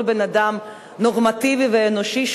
כל בן-אדם נורמטיבי ואנושי,